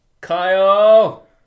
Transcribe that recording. Kyle